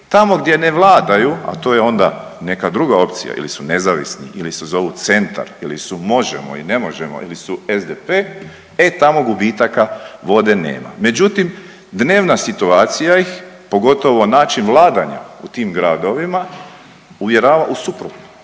tamo ne vladaju, a to je onda neka druga opcija ili su nezavisni ili se zovu Centar ili su Možemo! i ne možemo ili su SDP e tamo gubitaka vode nema, međutim dnevna situacija ih, pogotovo način vladanja u tim gradovima uvjerava u suprotno,